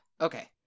okay